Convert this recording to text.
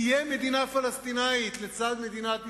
תהיה מדינה פלסטינית לצד מדינת ישראל,